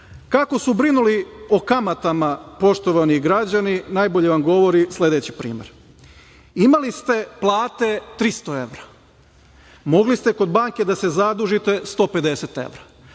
su brinuli o kamatama, poštovani građani, najbolje vam govori sledeći primer – imali ste plate 300 evra, mogli ste kod banke da se zadužite 150 evra,